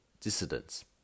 dissidents